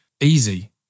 easy